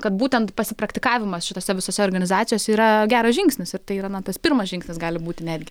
kad būtent pasipraktikavimas šitose visose organizacijose yra geras žingsnis ir tai yra na tas pirmas žingsnis gali būti netgi